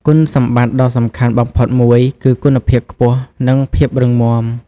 គុណសម្បត្តិដ៏សំខាន់បំផុតមួយគឺ គុណភាពខ្ពស់ និងភាពរឹងមាំ។